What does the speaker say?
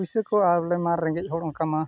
ᱯᱩᱭᱥᱟᱹ ᱠᱚ ᱟᱞᱮᱢᱟ ᱨᱮᱸᱜᱮᱡ ᱦᱚᱲ ᱚᱱᱠᱟᱢᱟ